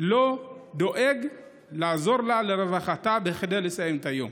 לא דואג לעזור לה לרווחתה כדי לסיים את היום.